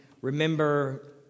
remember